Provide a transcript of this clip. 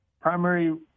primary